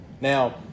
Now